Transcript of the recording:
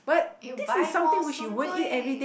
eh you buy more Soon-Kueh